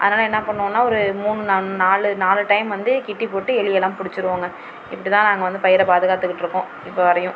அதனால் என்ன பண்ணுவோனா ஒரு மூணு நாலு நாலு நாலு டைம் வந்து கிட்டி போட்டு எலியலாம் பிடிச்சிருவோங்க இப்படிதான் நாங்கள் வந்து பயிரைபாதுகாத்துகிட்டு இருக்கோம் இப்போ வரையும்